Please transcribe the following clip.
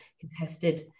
contested